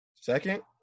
Second